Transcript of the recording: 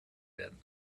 werden